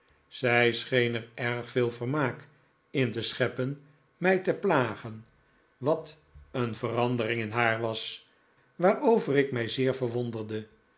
zij scheen er erg veel vermaak in te scheppen mij te plagen wat een verandering in haar was waarover ik mij